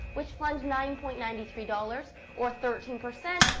which plunged nine point nine three dollars, or thirteen percent,